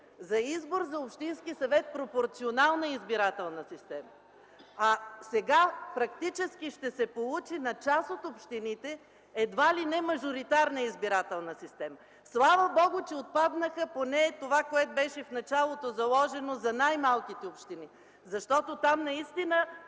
за избор на общински съвет пропорционална избирателна система. А сега практически ще се получи една част от общините едва ли не мажоритарна избирателна система. Слава Богу, че отпадна поне това, което беше заложено в началото за най-малките общини. Защото там наистина